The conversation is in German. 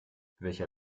welcher